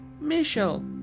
Michelle